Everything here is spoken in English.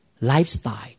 Lifestyle